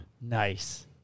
nice